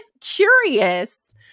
curious